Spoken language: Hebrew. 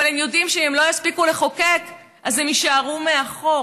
אבל הם יודעים שאם הם לא יספיקו לחוקק אז הם יישארו מאחור.